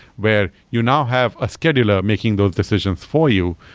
where you now have a scheduler making those decisions for you,